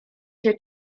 się